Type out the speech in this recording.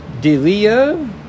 Delia